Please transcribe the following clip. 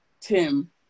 Tim